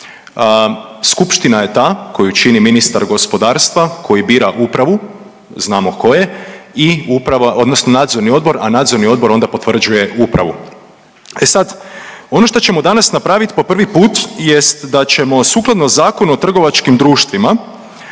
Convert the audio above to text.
skupština je ta koju čini ministar gospodarstva koji bira upravu znamo tko je i uprava, odnosno nadzorni odbor, a nadzorni odbor onda potvrđuje upravu. E sad, ono što ćemo danas napraviti po prvi put jest da ćemo sukladno Zakonu o trgovačkim društvima,